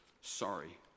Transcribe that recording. sorry